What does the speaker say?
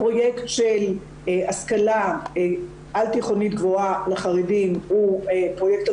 הפרויקט של השכלה על תיכונית גבוהה לחרדים הוא פרויקט על